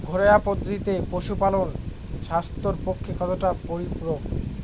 ঘরোয়া পদ্ধতিতে পশুপালন স্বাস্থ্যের পক্ষে কতটা পরিপূরক?